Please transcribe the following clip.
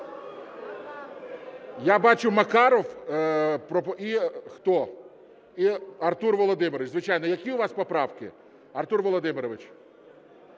Я бачу, Макаров і хто? І Артур Володимирович, звичайно. Які у вас поправки, Артур Володимирович?